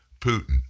Putin